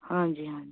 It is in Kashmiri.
ہاں جی ہاں